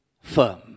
firm